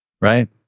Right